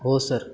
हो सर